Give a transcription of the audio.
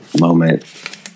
moment